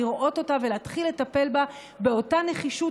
לראות אותה ולהתחיל לטפל בה באותה נחישות